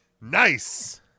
Nice